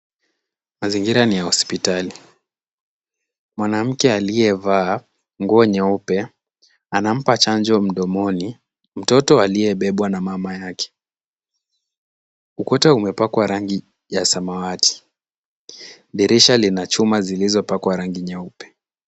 Mazingira ni ya hospitali, mwanamke aliyevaa nguo nyeupe anampa chanjo mdomoni, mtoto aliyebebwa na mama yake. Ukuta umepakwa rangi ya samawati. Dirisha lina chuma zilizopakwa rangi nyeupe.